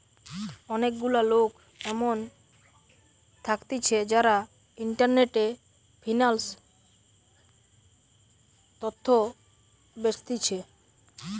অনেক গুলা লোক এমন থাকতিছে যারা ইন্টারনেটে ফিন্যান্স তথ্য বেচতিছে